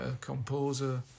composer